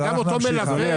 אבל גם אותו מלווה,